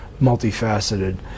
multifaceted